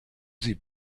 sie